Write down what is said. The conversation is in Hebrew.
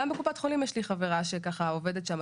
גם בקופת חולים יש לי חברה שככה עובדת שם,